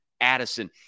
Addison